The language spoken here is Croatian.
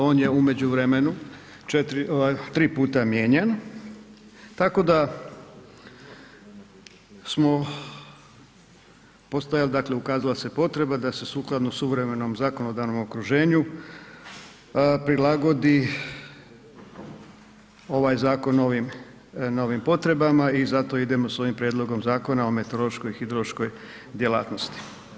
On je u međuvremenu, 3x mijenjan tako da smo postojala je, dakle ukazala se potreba da se sukladno suvremenom zakonodavnom okruženju prilagodi ovaj zakon novim potrebama i zato idemo sa ovim Prijedlogom zakona o meteorološkoj hidrološkoj djelatnosti.